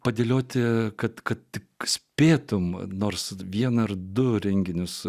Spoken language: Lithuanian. padėlioti kad kad tik spėtumei nors vieną ar du renginius